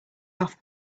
off